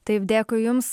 taip dėkui jums